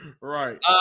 Right